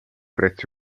prezzi